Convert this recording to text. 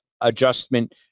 adjustment